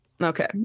okay